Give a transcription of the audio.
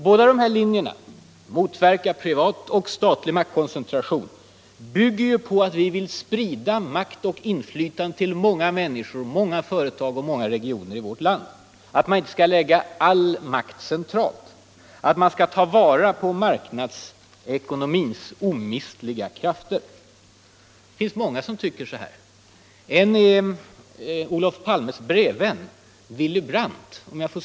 Båda dessa linjer, att motverka privat och statlig maktkoncentration, bygger på att vi vill sprida makt och inflytande till många människor, många företag och många regioner i vårt land — att man inte skall lägga all makt centralt och att man skall ta vara på marknadsekonomins omistliga krafter. Det finns många som tycker på det här sättet. En är Olof Palmes brevvän Willy Brandt.